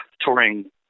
touring